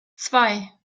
zwei